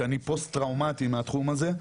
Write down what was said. שאני פוסט טראומטי מהתחום הזה.